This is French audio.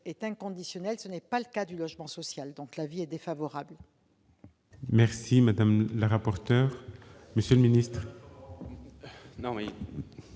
est inconditionnel, ce n'est pas le cas du logement social. L'avis est donc défavorable